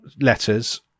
letters